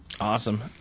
Awesome